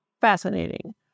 fascinating